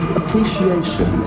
appreciation